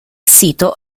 sito